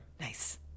nice